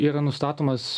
yra nustatomas